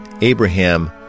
Abraham